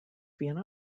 vienna